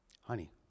Honey